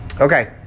okay